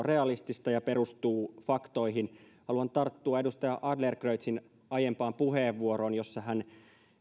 realistista ja perustuu faktoihin haluan tarttua edustaja adlercreutzin aiempaan puheenvuoroon jossa hän